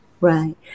Right